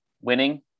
winning